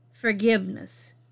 Forgiveness